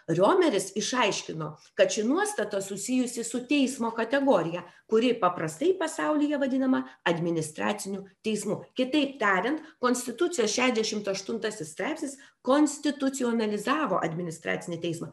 riomeris išaiškino kad ši nuostata susijusi su teismo kategorija kuri paprastai pasaulyje vadinama administraciniu teismu kitaip tariant konstitucijos šešiasdešimt aštuntasis straipsnis konstitucionalizavo administracinį teismą